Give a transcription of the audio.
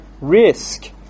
risk